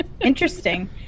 interesting